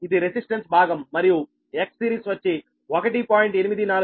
ఇది రెసిస్టెన్స్ భాగం మరియు Xseries వచ్చి 1